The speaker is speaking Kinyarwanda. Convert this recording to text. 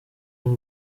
n’u